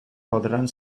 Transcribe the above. podran